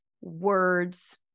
words